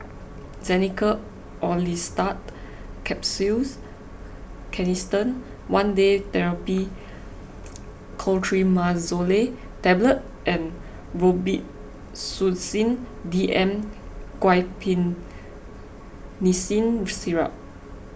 Xenical Orlistat Capsules Canesten one Day therapy Clotrimazole Tablet and Robitussin D M Guaiphenesin Syrup